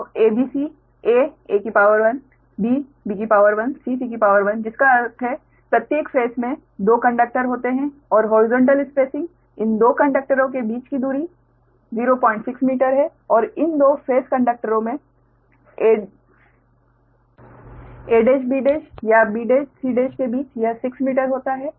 तो a b c aa bbcc जिसका अर्थ है प्रत्येक फेस में 2 कंडक्टर होते हैं और हॉरिजॉन्टल स्पेसिंग इन 2 कंडक्टरों के बीच दूरी 06 मीटर होती है और इन 2 फेस कंडक्टरों में ab या bc के बीच यह 6 मीटर होता है